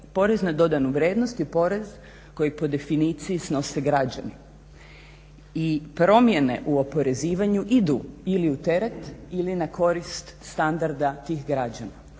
porez na dodanu vrijednost je porez koji po definiciji snose građani. I promjene u oporezivanju idu ili u teret ili na korist standarda tih građana.